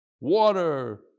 water